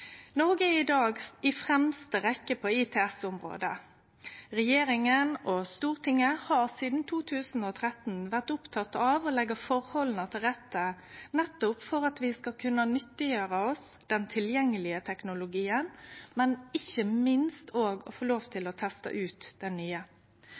Noreg er i dag i fremste rekkje på ITS-området. Regjeringa og Stortinget har sidan 2013 vore opptekne av å leggje forholda til rette for nettopp at vi skal kunne nyttiggjere oss den tilgjengelige teknologien, men ikkje minst òg for å få lov til